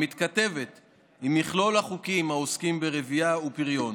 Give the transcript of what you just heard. המתכתבת עם מכלול החוקים העוסקים ברבייה ובפריון